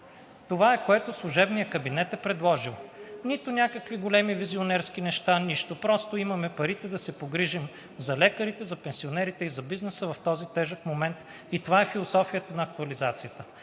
Това е, което служебният кабинет е предложил. Нито някакви големи визионерски неща, нищо. Просто имаме парите да се погрижим за лекарите, за пенсионерите и за бизнеса в този тежък момент и това е философията на актуализацията.